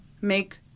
make